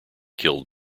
killed